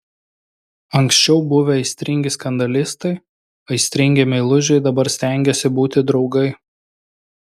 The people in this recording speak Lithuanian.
anksčiau buvę aistringi skandalistai aistringi meilužiai dabar stengėsi būti draugai